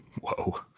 Whoa